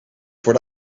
voor